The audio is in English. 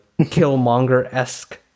Killmonger-esque